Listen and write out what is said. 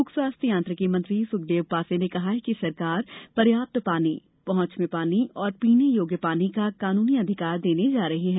लोक स्वास्थ्य यांत्रिकी मंत्री सुखदेव पांसे ने कहा कि सरकार पर्याप्त पानी पहुँच में पानी और पीने योग्य पानी का कानूनी अधिकार देने जा रही है